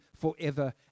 forever